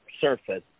surface